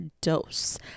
dose